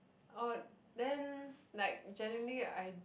oh then like generally I